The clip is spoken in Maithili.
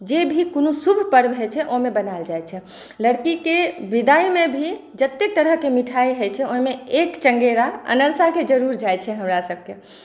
जे भी कोनो शुभ पर्व होइ छै ओहिमे बनाएल जाइ छै लड़कीके विदाइमे भी जतेक तरहके मिठाइ होइ छै ओहिमे एक चङ्गेरा अनरसाके जरूर जाइ छै हमरा सबके